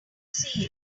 see